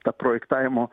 tą projektavimo